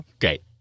Great